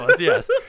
yes